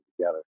together